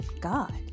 God